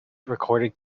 recorded